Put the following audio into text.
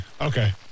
Okay